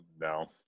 no